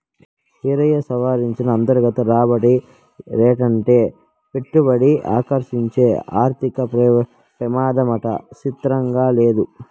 ఈరయ్యా, సవరించిన అంతర్గత రాబడి రేటంటే పెట్టుబడిని ఆకర్సించే ఆర్థిక పెమాదమాట సిత్రంగా లేదూ